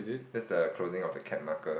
that's the closing of the cap marker